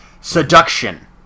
Seduction